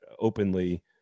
openly